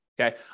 okay